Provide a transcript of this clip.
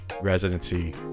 residency